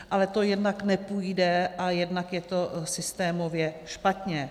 Ale to jednak nepůjde a jednak je to systémově špatně.